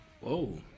Whoa